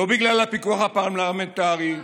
אדוני היושב-ראש,